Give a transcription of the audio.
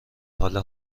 حال